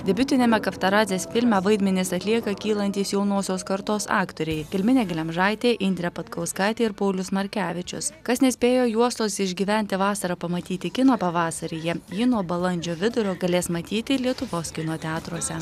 debiutiniame kavtaradzės filme vaidmenis atlieka kylantys jaunosios kartos aktoriai gelminė glemžaitė indrė patkauskaitė ir paulius markevičius kas nespėjo juostos išgyventi vasarą pamatyti kino pavasaryje jį nuo balandžio vidurio galės matyti lietuvos kino teatruose